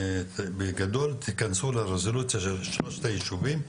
בגדול תיכנסו לרזולוציה של שלושת היישובים,